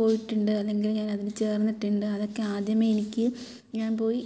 പോയിട്ടുണ്ട് അല്ലെങ്കിൽ ഞാൻ അതിന് ചേർന്നിട്ടുണ്ട് അതൊക്കെ ആദ്യമേ എനിക്ക് ഞാൻ പോയി